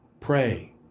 pray